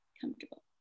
comfortable